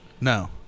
No